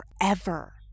forever